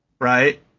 right